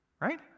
Right